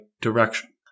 direction